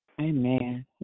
Amen